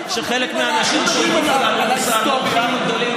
אבל אתה מדבר כל כך יפה על הליכוד.